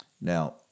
Now